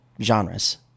genres